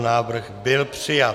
Návrh byl přijat.